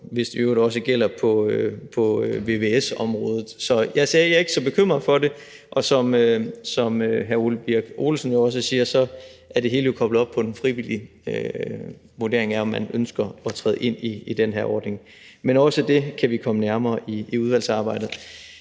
vist i øvrigt også, tror jeg, gælder på vvs-området. Så jeg er ikke så bekymret for det. Og som hr. Ole Birk Olesen jo også siger, er det hele koblet op på en frivillig vurdering af, om man ønsker at træde ind i den her ordning. Men også det kan vi komme nærmere i udvalgsarbejdet.